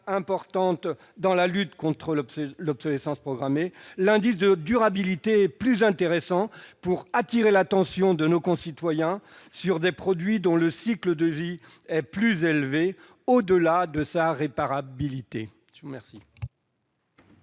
importante dans la lutte contre l'obsolescence programmée, l'indice de durabilité est plus intéressant dans la mesure où il permet d'attirer l'attention de nos concitoyens sur des produits dont le cycle de vie est plus long, au-delà de leur réparabilité.